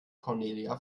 cornelia